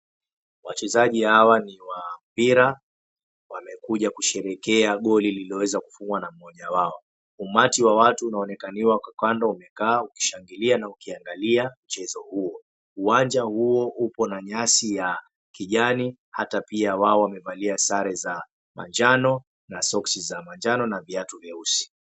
Wachezaji hawa ni wa mpira, wamekuja kusherehekea goli lililoweza kufungwa na mmoja wao. Umati wa watu unaonekaniwa kwa kando ukishangilia na ukiangalia mchezo huo. Uwanja huo upo na nyasi ya kijani, hata pia wao wamevalia sare za manjano na soksi za manjano na viatu vyeusi